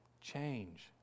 Change